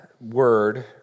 word